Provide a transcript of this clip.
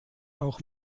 auch